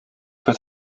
wird